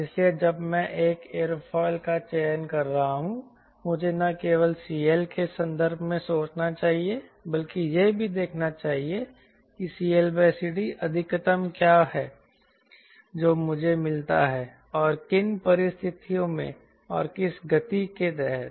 इसलिए जब मैं एक एयरोफॉयल का चयन कर रहा हूं मुझे न केवल CLके संदर्भ में सोचना चाहिए बल्कि यह भी देखना चाहिए कि CLCD अधिकतम क्या है जो मुझे मिलता है और किन परिस्थितियों में और किस गति के तहत